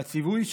הציווי,